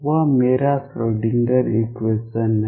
वह मेरा Schrödinger equation है